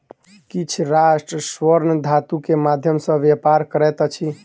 किछ राष्ट्र स्वर्ण धातु के माध्यम सॅ व्यापार करैत अछि